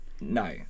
no